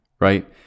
right